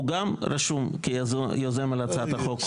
הוא גם רשום כיוזם על הצעת החוק.